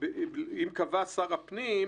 --- אם קבע שר הפנים,